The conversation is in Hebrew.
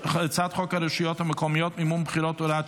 הרשויות המקומיות (מימון בחירות) (הוראת